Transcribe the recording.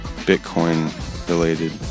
Bitcoin-related